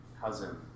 cousin